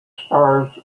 stars